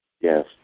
Yes